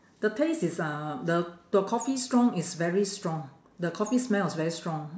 the taste is uh the the coffee strong is very strong the coffee smell is very strong